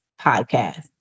podcast